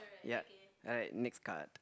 yup alright next card